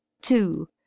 two